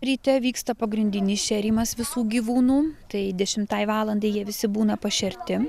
ryte vyksta pagrindinis šėrimas visų gyvūnų tai dešimtai valandai jie visi būna pašerti